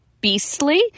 beastly